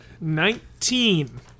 Nineteen